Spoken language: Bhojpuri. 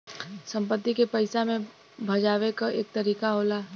संपत्ति के पइसा मे भजावे क एक तरीका होला